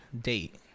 date